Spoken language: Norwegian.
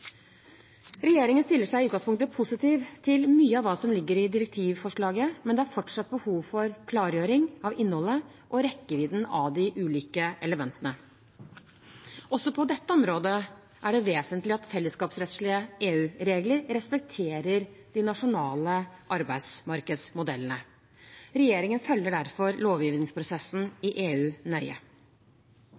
Regjeringen stiller seg i utgangspunktet positiv til mye av det som ligger i direktivforslaget, men det er fortsatt behov for klargjøring av innholdet og rekkevidden av de ulike elementene. Også på dette området er det vesentlig at fellesskapsrettslige EU-regler respekterer de nasjonale arbeidsmarkedsmodellene. Regjeringen følger derfor lovgivningsprosessen i EU nøye.